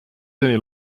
seni